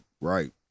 Right